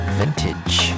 vintage